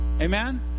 Amen